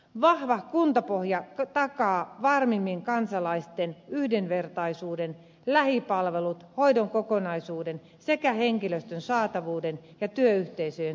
vahva kuntapohja takaa varmimmin kansalaisten yhdenvertaisuuden lähipalvelut hoidon kokonaisuuden sekä henkilöstön saatavuuden ja työyhteisöjen tehokkaan toiminnan